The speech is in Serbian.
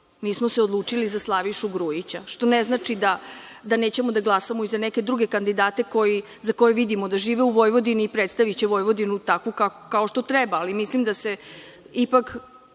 Mi smo se odlučili za Slavišu Grujića, što ne znači da nećemo da glasamo i za neke druge kandidate za koje vidimo da žive u Vojvodini i predstaviće Vojvodinu takvu kao što treba. Mislim, da ipak